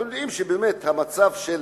אנחנו יודעים שבאמת המצב של